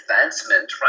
Advancement